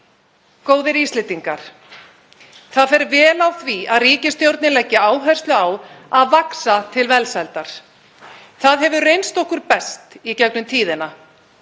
Góðir Íslendingar. Það fer vel á því að ríkisstjórnin leggi áherslu á að vaxa til velsældar. Það hefur reynst okkur best í gegnum tíðina.